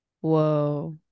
whoa